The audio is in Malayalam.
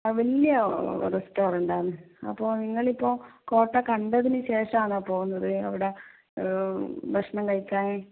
ആ വലിയ റസ്റ്റോറൻ്റ് ആണ് അപ്പോൾ നിങ്ങൾ ഇപ്പോൾ കോട്ട കണ്ടതിനു ശേഷം ആണോ പോകുന്നത് അവിടെ ഭക്ഷണം കഴിക്കാൻ